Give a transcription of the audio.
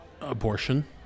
abortion